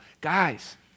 guys